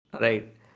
right